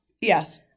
Yes